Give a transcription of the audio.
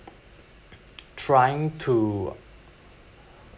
trying to